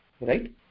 right